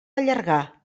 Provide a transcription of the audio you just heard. allargar